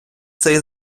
цей